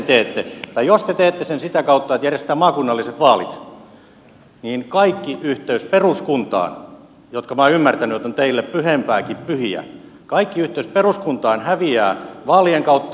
jos te teette sen sitä kautta että järjestetään maakunnalliset vaalit niin kaikki yhteys peruskuntaan jonka minä olen ymmärtänyt olevan teille pyhempääkin pyhää häviää vaalien kautta